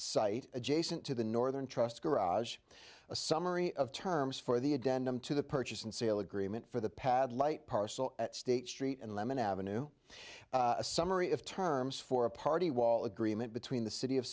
site adjacent to the northern trust garage a summary of terms for the a denim to the purchase and sale agreement for the pad light parcel at state street and lemon avenue a summary of terms for a party wall agreement between the city of